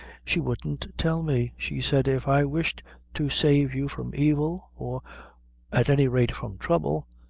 she wouldn't tell me she said if i wished to save you from evil, or at any rate from trouble.